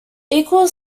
equal